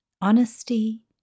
honesty